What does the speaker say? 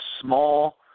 small